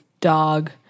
dog